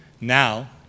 now